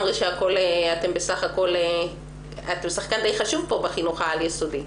אתם שחקן די חשוב פה בחינוך העל יסודי.